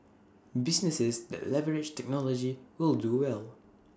businesses that leverage technology will do well